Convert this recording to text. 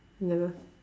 never